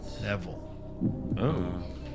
Neville